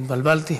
התבלבלתי,